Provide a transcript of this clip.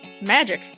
Magic